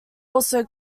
also